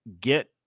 get